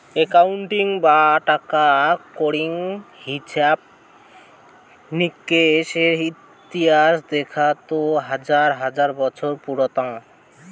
accounting বা টাকা কড়ির হিছাব নিকেসের ইতিহাস দেখাত তো হাজার হাজার বছর পুরাতন